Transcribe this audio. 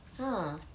ha